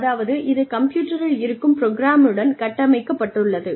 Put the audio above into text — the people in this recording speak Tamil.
அதாவது இது கம்ப்யூட்டரில் இருக்கும் புரோகிராமுடன் கட்டமைக்கப்பட்டுள்ளது